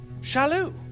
Shalu